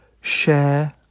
share